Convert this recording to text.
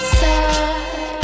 side